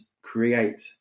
create